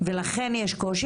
ולכן יש את הקושי.